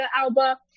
Alba